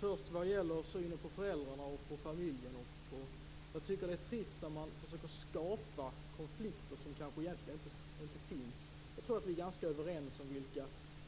Fru talman! När det gäller synen på föräldrarna och familjen, tycker jag att det är trist när man försöker skapa konflikter som kanske egentligen inte finns. Jag tror att vi är ganska överens om hur